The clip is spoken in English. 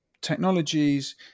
technologies